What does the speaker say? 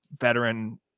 veteran